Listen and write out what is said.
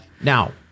now